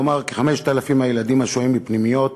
כלומר, כ-5,000 הילדים השוהים בפנימיות,